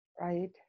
Right